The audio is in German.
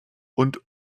und